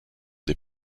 des